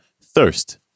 Thirst